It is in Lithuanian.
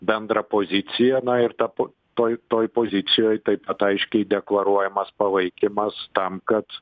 bendrą poziciją na ir ta po toj toj pozicijoj taip pat aiškiai deklaruojamas palaikymas tam kad